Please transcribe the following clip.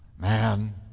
Man